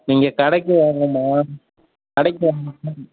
நீங்கள் கடைக்கு வாங்கம்மா கடைக்கு